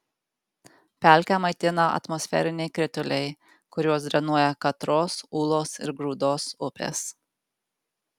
pelkę maitina atmosferiniai krituliai kuriuos drenuoja katros ūlos ir grūdos upės